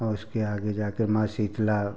औ उसके आगे जा कर माँ शीतला